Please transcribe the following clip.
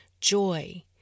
Joy